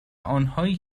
آنهایی